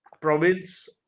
province